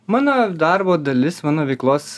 mano darbo dalis mano veiklos